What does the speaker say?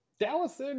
Dallas